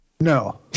No